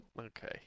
Okay